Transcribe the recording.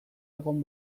egon